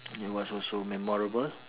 it was also memorable